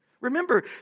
Remember